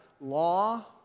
law